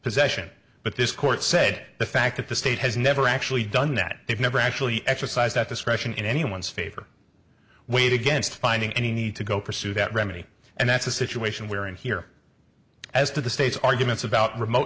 possession but this court said the fact that the state has never actually done that they've never actually exercise that discretion in anyone's favor weighed against finding any need to go pursue that remy and that's the situation we're in here as to the state's arguments about remote